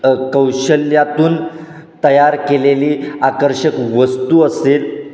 कौशल्यातून तयार केलेली आकर्षक वस्तू असेल